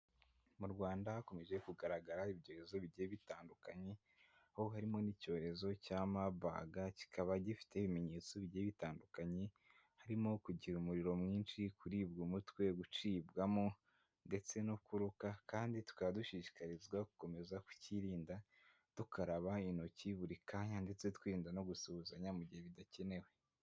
Mu rwanda hakomeje kugaragara ibyorezo bigiye bitandukanye, ho harimo n'icyorezo cya marbag, kikaba gifite ibimenyetso bigiye bitandukanye, harimo kugira umuriro mwinshi, kuribwa umutwe, gucibwamo, ndetse no kuruka, kandi tukaba dushishikarizwa gukomeza kucyirinda dukaraba intoki buri kanya, ndetse twirinda no gusuhuzanya mu gihe bidakenewe.